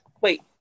Wait